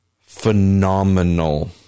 phenomenal